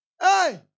Hey